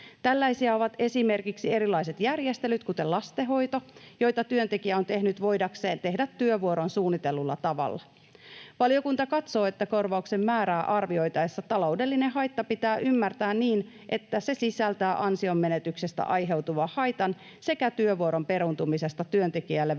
Tällaisia ovat esimerkiksi erilaiset järjestelyt — kuten lastenhoito — joita työntekijä on tehnyt voidakseen tehdä työvuoron suunnitellulla tavalla. Valiokunta katsoo, että korvauksen määrää arvioitaessa taloudellinen haitta pitää ymmärtää niin, että se sisältää ansionmenetyksestä aiheutuvan haitan sekä työvuoron peruuntumisesta työntekijälle välittömästi